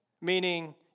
meaning